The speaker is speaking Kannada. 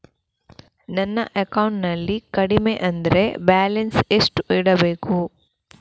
ನನ್ನ ಅಕೌಂಟಿನಲ್ಲಿ ಕಡಿಮೆ ಅಂದ್ರೆ ಬ್ಯಾಲೆನ್ಸ್ ಎಷ್ಟು ಇಡಬೇಕು?